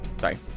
sorry